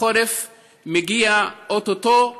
החורף מגיע או-טו-טו,